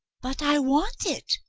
but i want it,